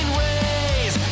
ways